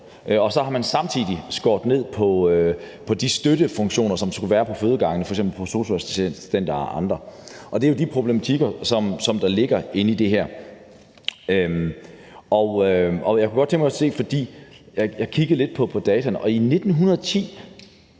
og så har man samtidig skåret ned på de støttefunktioner, som skulle være på fødegangen, f.eks. på sosu-assistenter og andre, og det er jo de problematikker, som der ligger i det her. Jeg kiggede lidt på data, og i 1910